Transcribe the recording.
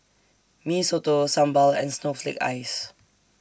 Mee Soto Sambal and Snowflake Ice